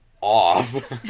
off